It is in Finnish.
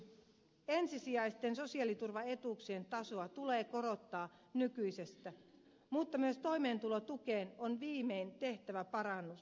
lopuksi ensisijaisten sosiaaliturvaetuuksien tasoa tulee korottaa nykyisestä mutta myös toimeentulotukeen on viimein tehtävä parannus